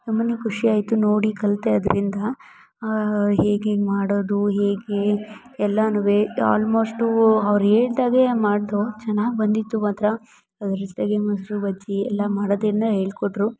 ತುಂಬ ಖುಷಿ ಆಯಿತು ನೋಡಿ ಕಲಿತೆ ಅದರಿಂದ ಹೇಗೇಗೆ ಮಾಡೋದು ಹೇಗೆ ಎಲ್ಲಾನು ಆಲ್ಮೋಷ್ಟು ಅವ್ರು ಹೇಳ್ದಾಗೆ ಮಾಡಿದೊ ಚೆನ್ನಾಗಿ ಬಂದಿತ್ತು ಮಾತ್ರ ಅದು ರೆಸ್ಪಿಯಾಗೆ ಮೊಸರು ಬಜ್ಜಿ ಎಲ್ಲ ಮಾಡೊದನ್ನ ಹೇಳ್ಕೊಟ್ರು